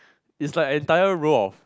is like entire row of